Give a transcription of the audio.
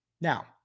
Now